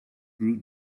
grew